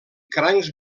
crancs